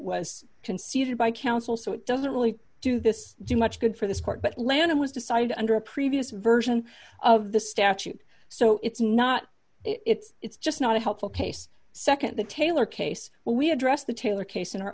was conceded by counsel so it doesn't really do this do much good for this court but lanham was decided under a previous version of the statute so it's not it's it's just not a helpful case nd the taylor case where we address the taylor case in